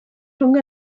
rhwng